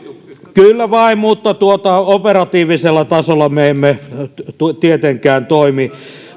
kyllä vain mutta operatiivisella tasolla me emme tietenkään toimi